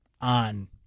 on